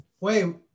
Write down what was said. wait